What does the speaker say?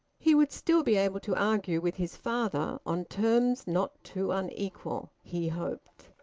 he would still be able to argue with his father on terms not too unequal, he hoped.